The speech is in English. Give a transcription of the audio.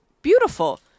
beautiful